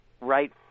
right